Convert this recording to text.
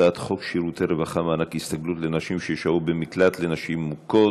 הצעת חוק שירותי רווחה (מענק הסתגלות לנשים ששהו במקלט לנשים מוכות)